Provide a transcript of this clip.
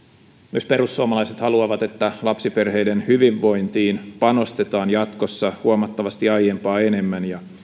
myös perussuomalaiset haluavat että lapsiperheiden hyvinvointiin panostetaan jatkossa huomattavasti aiempaa enemmän ja